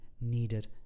needed